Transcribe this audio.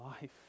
life